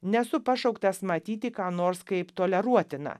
nesu pašauktas matyti ką nors kaip toleruotiną